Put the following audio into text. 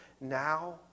now